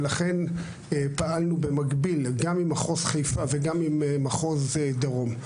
ולכן פעלנו במקביל גם עם מחוז חיפה וגם עם מחוז דרום.